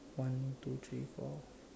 one two three four